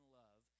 love